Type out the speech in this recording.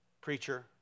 preacher